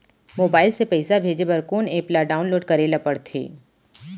Mobile से पइसा भेजे बर कोन एप ल डाऊनलोड करे ला पड़थे?